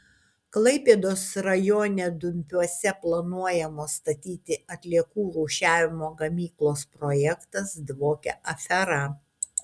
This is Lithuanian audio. klaipėdos rajone dumpiuose planuojamos statyti atliekų rūšiavimo gamyklos projektas dvokia afera